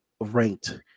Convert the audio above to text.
ranked